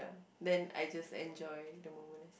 then I just enjoy the moment